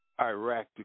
Iraq